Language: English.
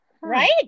right